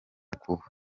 kuba